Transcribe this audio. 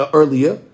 earlier